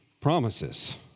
promises